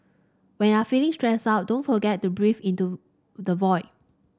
when are feeling stressed out don't forget to breathe into the void